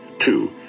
Two